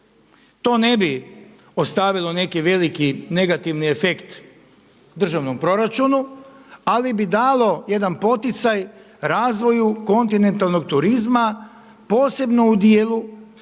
To ne bi ostavilo neki veliki negativni efekt u državnom proračunu ali bi dalo jedan poticaj razvoju kontinentalnog turizma posebno u dijelu kada